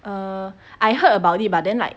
err I heard about it but then like